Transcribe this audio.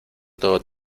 todo